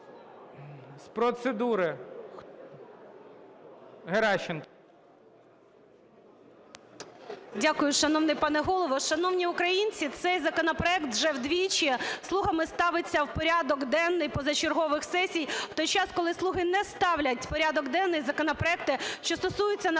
Дякую, шановний пане Голово. Шановні українці, цей законопроект вже двічі "слугами" ставиться в порядок денний позачергових сесій, в той час коли "слуги" не ставлять в порядок денний законопроекти, що стосуються, наприклад,